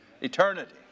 Eternity